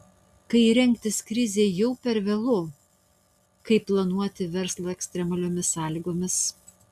kai rengtis krizei jau per vėlu kaip planuoti verslą ekstremaliomis sąlygomis